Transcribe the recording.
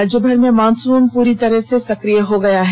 राज्यभर में मॉनसून पूरी तरह से सक्रिय हो गया है